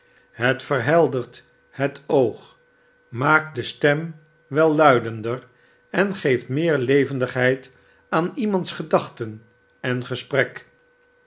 het verheldert het oog maakt de stem welluidender en geeft meer levendigheid aan iemands gedachten en gesprek